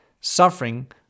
Suffering